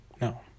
No